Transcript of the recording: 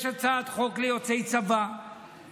יש הצעת חוק ליוצאי צבא,